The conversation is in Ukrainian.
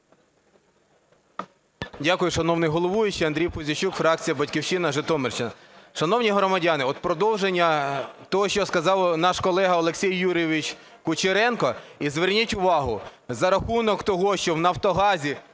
Дякую, шановний головуючий. Андрій Пузійчук, фракція "Батьківщина", Житомирщина. Шановні громадяни, от в продовження того, що сказав наш колега Олексій Юрійович Кучеренко. І зверніть увагу, за рахунок того, що в "Нафтогазі"